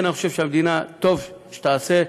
אני חושב שהמדינה טוב תעשה,